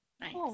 Nice